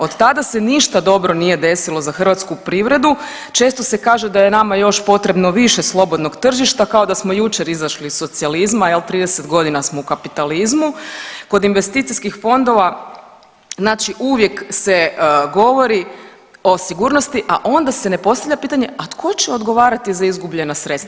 Od tada se ništa dobro nije desilo za hrvatsku privredu često se kaže da je nama još potrebno više slobodnog tržišta kao da smo jučer izašli iz socijalizma, jel 30 godina smo u kapitalizmu, kod investicijskih fondova znači uvijek se govori o sigurnosti, a onda se ne postavlja pitanje, a tko će odgovarati za izgubljena sredstva.